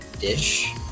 dish